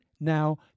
now